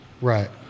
right